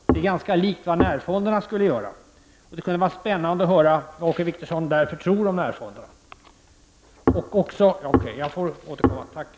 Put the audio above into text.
Det liknar det som närfonderna skulle göra. Det skulle vara spännande att höra vad Åke Wictorsson tror om närfonderna. Jag får återkomma i nästa replik.